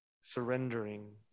surrendering